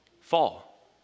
fall